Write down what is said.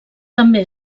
també